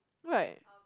right